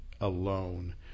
alone